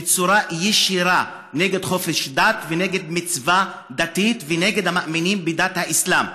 בצורה ישירה נגד חופש דת ונגד מצווה דתית ונגד המאמינים בדת האסלאם.